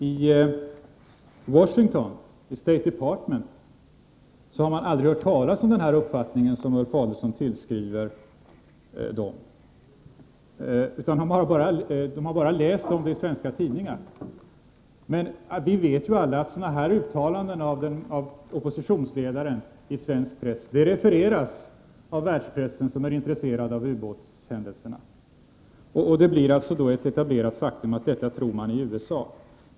I State Department i Washington har man aldrig hört talas om den här uppfattningen som Ulf Adelsohn tillskriver amerikanarna. Den har de bara läst om i svenska tidningar. Men vi vet ju alla att sådana här uttalanden av oppositionsledaren i svensk press refereras av världspressen, som är intresserad av ubåtshändelserna. Det blir ett etablerat faktum att man tror så i USA.